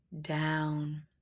down